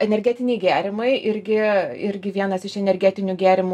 energetiniai gėrimai irgi irgi vienas iš energetinių gėrimų